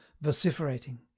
vociferating